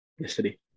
Yesterday